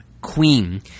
queen